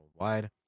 worldwide